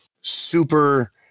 super